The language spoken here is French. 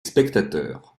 spectateurs